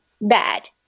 bad